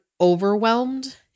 overwhelmed